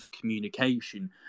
communication